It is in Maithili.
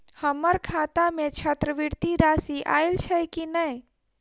हम्मर खाता मे छात्रवृति राशि आइल छैय की नै?